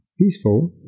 peaceful